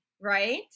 right